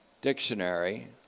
dictionary